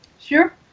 Sure